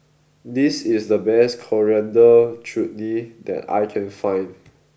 this is the best Coriander Chutney that I can find